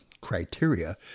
criteria